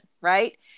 right